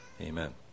amen